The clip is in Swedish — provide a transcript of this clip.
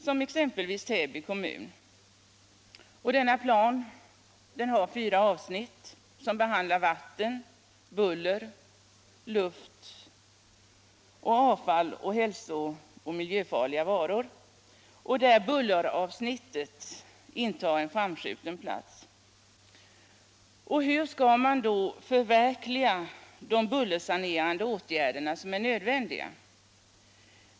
Det gäller exempelvis Täby kommun, vars plan har fyra avsnitt. Planen behandlar 1) vatten, 2) buller, 3) luft och 4) avfall och hälso och miljöfarliga varor. Bulleravsnittet intar en framskjuten plats. Hur skall man då kunna förverkliga de bullersanerande åtgärder som är nödvändiga?